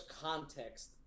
context